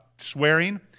swearing